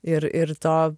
ir ir to